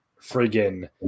friggin